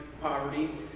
poverty